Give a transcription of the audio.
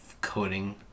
coding